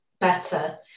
better